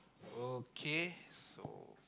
okay so